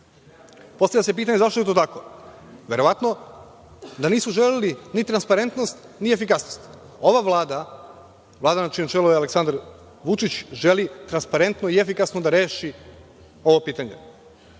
način. Postavlja se pitanje - zašto je to tako? Verovatno da nisu želeli ni transparentnost ni efikasnost. Ova Vlada, Vlada na čijem čelu je Aleksandar Vučić, želi transparentno i efikasno da reši ovo pitanje.